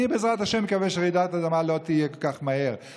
אני בעזרת השם מקווה שרעידת אדמה לא תהיה כל כך מהר,